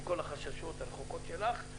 עם כל החששות שלך,